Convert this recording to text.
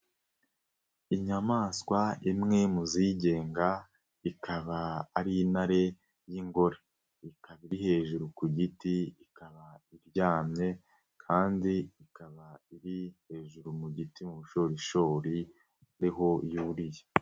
Inyamaswa imwe mu zigenga ikaba ari intare y'ingore, ikaba iri hejuru ku giti ikaba iryamye kandi ikaba iri hejuru mu giti mu bushorishori ari ho yuriye.